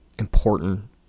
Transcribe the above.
important